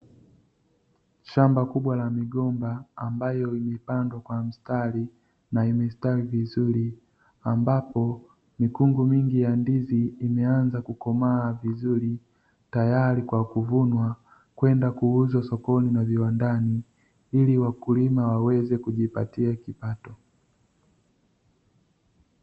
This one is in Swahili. Shamba kubwa la migomba ambayo imepandwa kwa mstari, na imestawi vizuri, ambapo mikungu mingi ya ndizi imeanza kukomaa vizuri, tayari kwa kuvunwa kwenda kuuzwa sokoni na viwandani ili wakulima waweze kujipatia kipato.